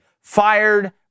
Fired